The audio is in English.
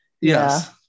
Yes